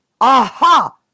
aha